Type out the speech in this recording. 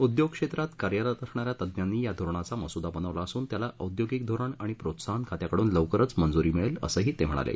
उद्योगक्षेत्रात कार्यरत असणा या तज्ञांनी या धोरणाचा मसुदा बनवला असून त्याला औद्योगिक धोरण आणि प्रोत्साहन खात्याकडून लवकरच मंजूरी मिळेल असंही ते म्हणाले